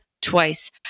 twice